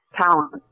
talent